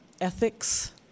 ethics